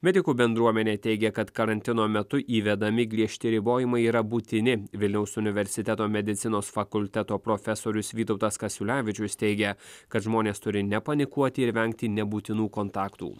medikų bendruomenė teigė kad karantino metu įvedami griežti ribojimai yra būtini vilniaus universiteto medicinos fakulteto profesorius vytautas kasiulevičius teigia kad žmonės turi nepanikuoti ir vengti nebūtinų kontaktų